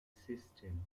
system